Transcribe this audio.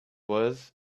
was